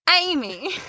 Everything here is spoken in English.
Amy